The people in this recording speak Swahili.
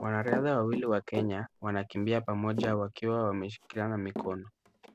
Wanariadha wawili wa Kenya wanakimbia pamoja wakiwa wameshikana mikono.